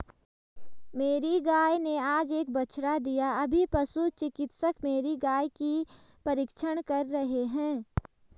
मेरी गाय ने आज एक बछड़ा दिया अभी पशु चिकित्सक मेरी गाय की परीक्षण कर रहे हैं